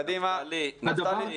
קדימה, נפתלי.